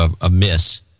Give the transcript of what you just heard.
amiss